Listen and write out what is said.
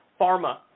pharma